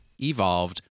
evolved